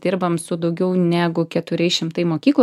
dirbam su daugiau negu keturiai šimtai mokykų